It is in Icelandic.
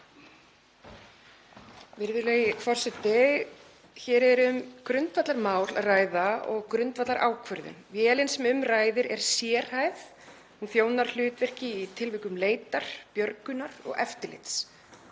Hér er um grundvallarmál að ræða og grundvallarákvörðun. Vélin sem um ræðir er sérhæfð, hún þjónar hlutverki í tilvikum leitar, björgunar og eftirlits.